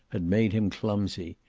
had made him clumsy.